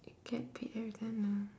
a cat paid ah